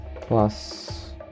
plus